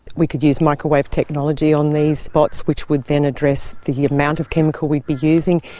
we could use microwave technology on these bots which would then address the amount of chemical we'd be using.